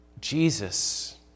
Jesus